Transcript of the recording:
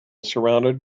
surrounded